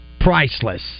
priceless